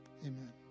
Amen